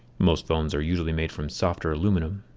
most phones are usually made from softer aluminum.